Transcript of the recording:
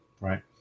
right